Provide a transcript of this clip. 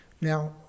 Now